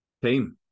team